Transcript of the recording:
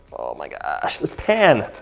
my gosh, this pan.